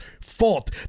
fault